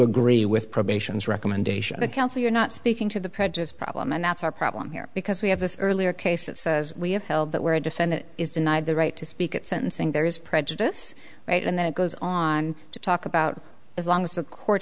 agree with probations recommendation account or you're not speaking to the prejudice problem and that's our problem here because we have this earlier cases we have held that where a defendant is denied the right to speak at sentencing there is prejudice right and then it goes on to talk about as long as the court